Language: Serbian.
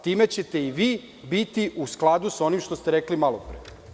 Time ćete i vi biti u skladu sa onim što ste rekli malo pre.